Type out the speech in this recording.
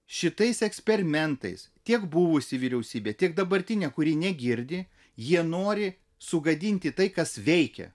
šitais eksperimentais tiek buvusi vyriausybė tiek dabartinė kuri negirdi jie nori sugadinti tai kas veikia